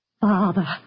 Father